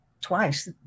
twice